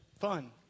fun